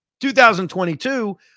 2022